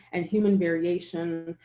and human variation,